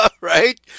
right